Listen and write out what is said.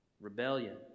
rebellion